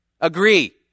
agree